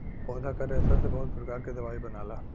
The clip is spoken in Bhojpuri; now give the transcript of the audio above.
पौधा क रेशा से बहुत प्रकार क दवाई बनला